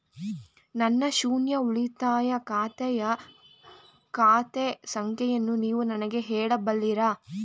ನನ್ನ ಶೂನ್ಯ ಉಳಿತಾಯ ಖಾತೆಯ ಖಾತೆ ಸಂಖ್ಯೆಯನ್ನು ನೀವು ನನಗೆ ಹೇಳಬಲ್ಲಿರಾ?